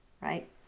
right